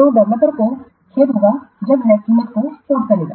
जो डेवलपर को खेद होगा जो कीमत का उद्धरण देगा